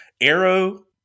Arrow